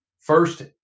first